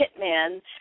hitman